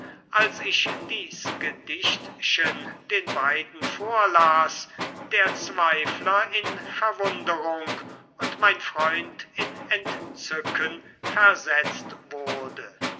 als ich dies gedichtchen den beiden vorlas der zweifler in verwunderung und mein freund in entzücken versetzt wurde